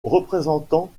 représentant